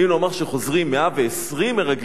ואם נאמר שחוזרים 120 מרגלים,